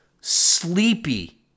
sleepy